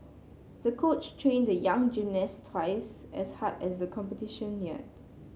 the coach trained the young gymnast twice as hard as the competition neared